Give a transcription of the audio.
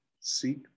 seek